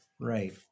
Right